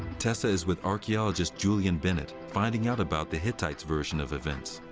tessa is with archaeologist julian bennett finding out about the hittite's version of events.